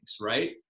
right